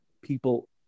people